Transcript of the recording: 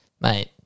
mate